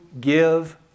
give